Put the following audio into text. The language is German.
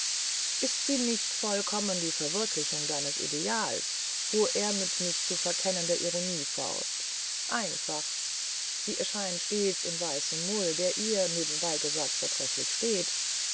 ist sie nicht vollkommen die verwirklichung deines ideals fuhr er mit nicht zu verkennender ironie fort einfach sie erscheint stets in weißem mull der ihr nebenbei gesagt vortrefflich steht